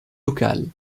locale